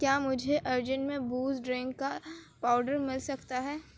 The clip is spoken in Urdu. کیا مجھے ارجینٹ میں بوسٹ ڈرنک کا پاؤڈر مل سکتا ہے